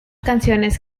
canciones